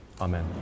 Amen